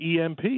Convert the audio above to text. EMP